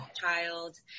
child